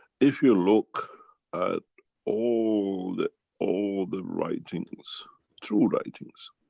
if you look at all the, all the writings, true writings,